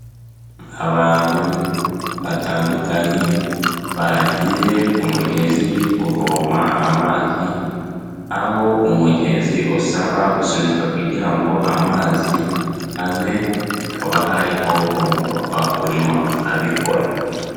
Abantu batandukanye, bagiye ku mugezi kuvoma amazi, aho umugezi usaba gusunika kugira ngo amazi aze, hakaba hariho umu papa urimo abikora.